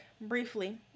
briefly